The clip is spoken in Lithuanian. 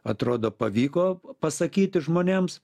atrodo pavyko pasakyti žmonėms